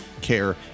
care